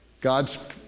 God's